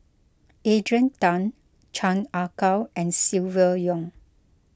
Adrian Tan Chan Ah Kow and Silvia Yong